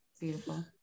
Beautiful